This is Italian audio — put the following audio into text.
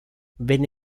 venne